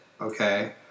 okay